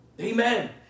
Amen